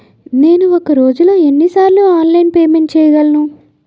నేను ఒక రోజులో ఎన్ని సార్లు ఆన్లైన్ పేమెంట్ చేయగలను?